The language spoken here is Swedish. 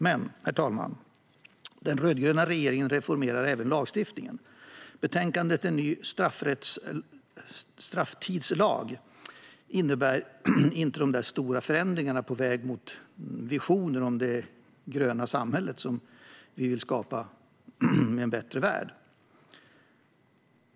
Men, herr talman, den rödgröna regeringen reformerar även lagstiftningen - även om betänkandet En ny strafftidslag inte innebär de stora förändringar på vägen mot visionerna om det gröna samhälle och den bättre värld som vi vill skapa.